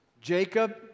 Jacob